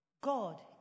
God